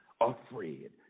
afraid